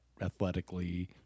athletically